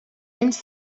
anys